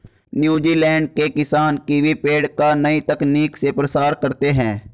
New Zealand के किसान kiwi पेड़ का नई तकनीक से प्रसार करते हैं